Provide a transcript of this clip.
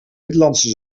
middellandse